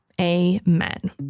Amen